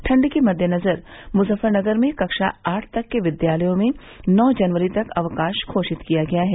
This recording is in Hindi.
ण्ड के मद्देनजर मुजफ्फरनगर में कक्षा आठ तक के विद्यालयों में नौ जनवरी तक अवकाश घोषित किया गया है